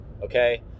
Okay